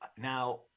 now